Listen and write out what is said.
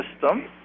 system